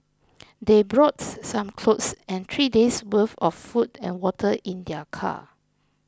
they brought some clothes and three days'worth of food and water in their car